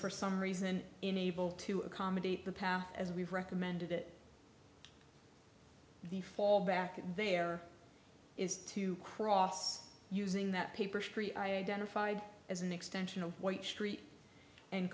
for some reason enabled to accommodate the path as we've recommended it the fallback there is to cross using that paper's tree identified as an extension of white street and